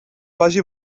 vagi